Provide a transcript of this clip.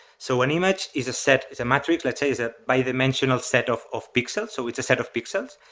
so an image is a set, is a matrix, let's say is a bi-dimensional set of of pixels. so it's a set of pixels.